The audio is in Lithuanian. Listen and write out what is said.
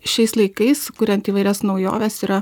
šiais laikais kuriant įvairias naujoves yra